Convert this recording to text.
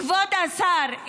כבוד השר,